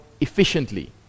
efficiently